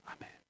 Amen